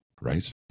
right